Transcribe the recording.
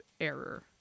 error